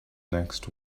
next